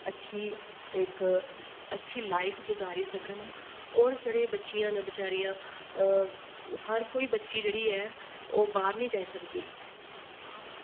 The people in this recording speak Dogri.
अच्छी इक अच्छी लाइफ गुजारी सकन और जेह्ड़े बच्चियां न बेचारियां हर कोई बच्ची जेह्ड़ी ऐ ओह् बाह्र निं जाई सकदी